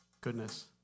goodness